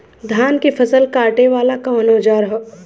धान के फसल कांटे वाला कवन औजार ह?